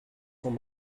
sont